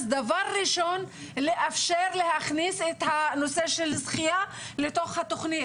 דבר ראשון לנסות להכניס את הנושא של שחייה לתוך התכנית,